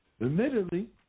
Admittedly